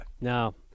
No